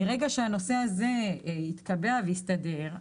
מרגע שהנושא הזה התקבע והסתדר,